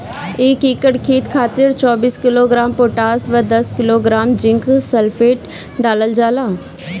एक एकड़ खेत खातिर चौबीस किलोग्राम पोटाश व दस किलोग्राम जिंक सल्फेट डालल जाला?